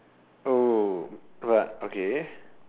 oh but okay